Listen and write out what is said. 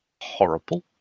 horrible